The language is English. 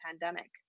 pandemic